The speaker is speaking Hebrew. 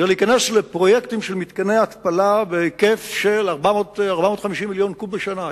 היא להיכנס לפרויקטים של מתקני התפלה בהיקף של 450 מיליון קוב בשנה.